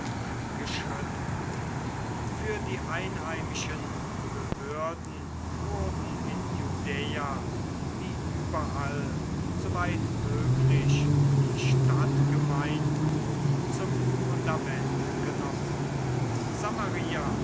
beziehen für die einheimischen behörden wurden in judäa wie überall soweit möglich die stadtgemeinden zum fundament genommen